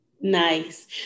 Nice